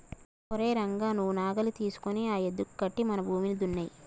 ఓరై రంగ నువ్వు నాగలి తీసుకొని ఆ యద్దుకి కట్టి మన భూమిని దున్నేయి